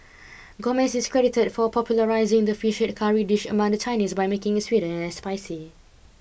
Gomez is credited for popularising the fish head curry dish among the Chinese by making it sweeter and less spicy